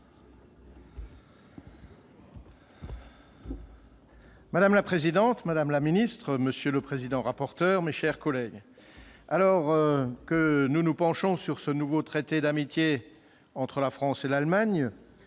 Madame la présidente, madame la secrétaire d'État, mes chers collègues, alors que nous nous penchons sur ce nouveau traité d'amitié entre la France et l'Allemagne,